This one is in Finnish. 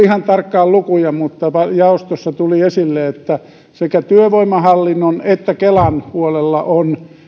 ihan tarkkaan lukuja mutta jaostossa tuli esille että sekä työvoimahallinnon että kelan puolella on syntynyt